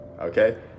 Okay